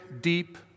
deep